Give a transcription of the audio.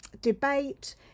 debate